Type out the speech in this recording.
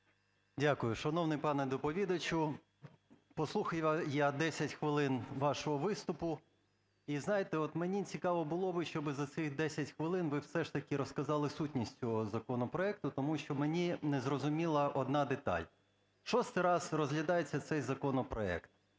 Дякую. Шановний пане доповідачу, послухав я 10 хвилин вашого виступу. І, знаєте, от мені цікаво було би, щоб за ці 10 хвилин ви все ж таки розказали сутність цього законопроекту, тому що мені не зрозуміла одна деталь. В шостий раз розглядається цей законопроект,